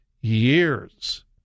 years